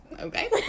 okay